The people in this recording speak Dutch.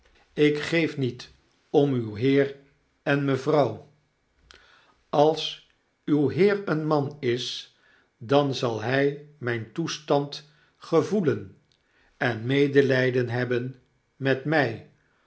ik geef niet om uw heer en mevrouw als uw heer een man is dan zal hij myn toestand gevoelen en medelyden hebben met mij